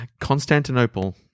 Constantinople